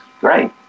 great